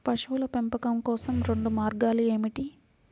పశువుల పెంపకం కోసం రెండు మార్గాలు ఏమిటీ?